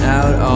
out